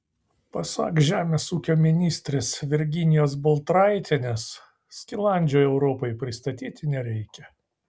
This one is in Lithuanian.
pasak žemės ūkio ministrės virginijos baltraitienės skilandžio europai pristatyti nereikia